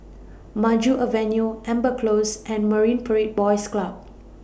Maju Avenue Amber Close and Marine Parade Boys Club